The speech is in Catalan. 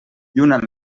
lluna